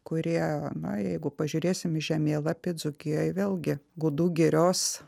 kurie na jeigu pažiūrėsim į žemėlapį dzūkijoj vėlgi gudų girios